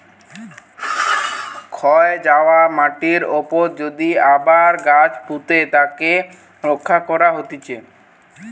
ক্ষয় যায়া মাটির উপরে যদি আবার গাছ পুঁতে তাকে রক্ষা করা হতিছে